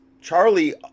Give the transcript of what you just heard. charlie